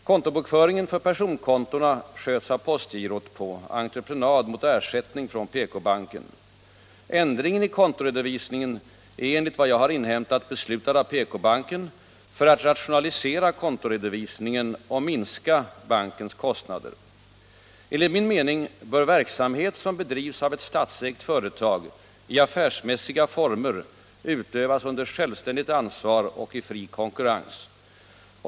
Kontobokföringen för personkontona sköts av postgirot på entreprenad mot ersättning från PK-banken. Ändringen i kontoredovisningen är enligt vad jag har inhämtat beslutad av PK-banken för att rationalisera kontoredovisningen och minska bankens kostnader. Enligt min mening bör verksamhet som bedrivs av ett statsägt företag i affärsmässiga former utövas under självständigt ansvar och i fri konkurrens.